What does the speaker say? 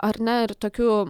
ar ne ir tokių